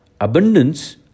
Abundance